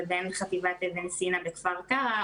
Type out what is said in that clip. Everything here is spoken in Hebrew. ובין חטיבת אבן סינא בכפר קרע,